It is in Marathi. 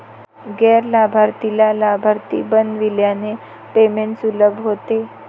गैर लाभार्थीला लाभार्थी बनविल्याने पेमेंट सुलभ होते